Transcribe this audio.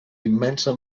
immensa